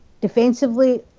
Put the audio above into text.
defensively